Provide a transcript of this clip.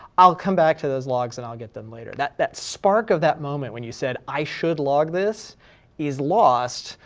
i'll come back to those logs and i'll get them later. that that spark of that moment when you said i should log this is lost,